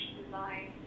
design